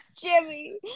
Jimmy